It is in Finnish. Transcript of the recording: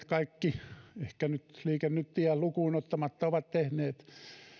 kaikki oppositioryhmät ehkä liike nytiä lukuun ottamatta ovat tehneet